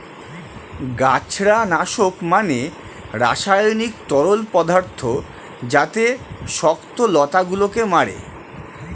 গাছড়া নাশক মানে রাসায়নিক তরল পদার্থ যাতে শক্ত লতা গুলোকে মারে